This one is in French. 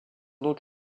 donc